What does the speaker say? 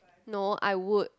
no I would